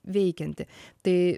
veikianti tai